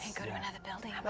go to another building?